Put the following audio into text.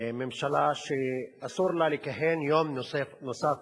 ממשלה שאסור לה לכהן יום נוסף אחד,